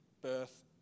birth